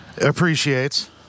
appreciates